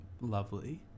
lovely